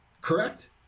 Correct